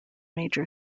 major